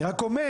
אני רק אומר,